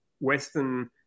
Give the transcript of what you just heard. Western